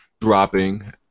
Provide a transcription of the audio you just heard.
dropping